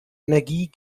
energie